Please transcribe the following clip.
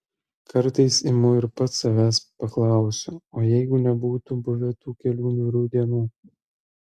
kartais imu ir pats savęs paklausiu o jeigu nebūtų buvę tų kelių niūrių dienų